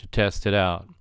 to test it out